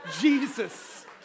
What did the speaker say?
Jesus